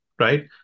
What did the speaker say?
Right